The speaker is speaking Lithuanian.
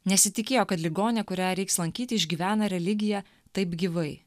nesitikėjo kad ligoninė kurią reiks lankyti išgyvena religiją taip gyvai